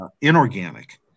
inorganic